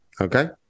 okay